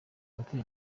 abatuye